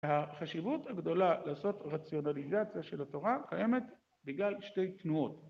החשיבות הגדולה לעשות רציונליזציה של התורה קיימת בגלל שתי תנועות.